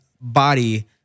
body